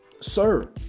Sir